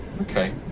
Okay